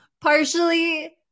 partially